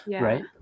right